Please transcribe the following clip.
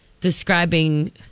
describing